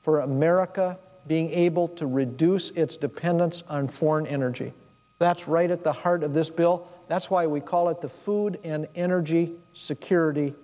for america being able to reduce its dependence on foreign energy that's right at the heart of this bill that's why we call it the food and energy security